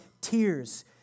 tears